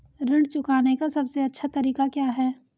ऋण चुकाने का सबसे अच्छा तरीका क्या है?